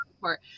court